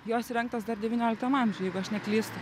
jos įrengtos dar devynioliktam amžiuj jeigu aš neklystu